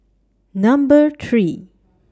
Number three